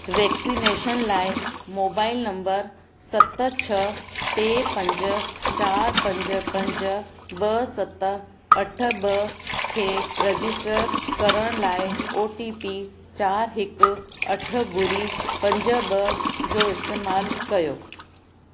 vaccination लाइ mobile number सत छ्ह टे पंज चार पंज पंज ॿ सत अठ ॿ खे रजिस्टर करण लाइ ओ टी पी चार हिकु अठ ॿुड़ी पंज ॿ जो इस्तेमालु कयो